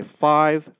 five